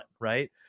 right